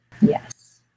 Yes